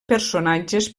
personatges